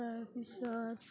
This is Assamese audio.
তাৰ পিছত